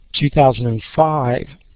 2005